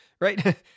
right